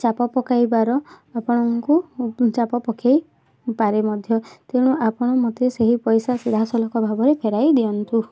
ଚାପ ପକାଇବାର ଆପଣଙ୍କୁ ଚାପ ପକାଇପାରେ ମଧ୍ୟ ତେଣୁ ଆପଣ ମୋତେ ସେହି ପଇସା ସିଧା ସଳଖ ଭାବରେ ଫେରାଇ ଦିଅନ୍ତୁ